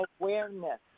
awareness